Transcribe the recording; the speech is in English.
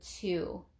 two